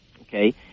okay